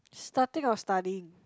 starting or studying